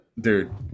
Dude